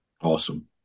Awesome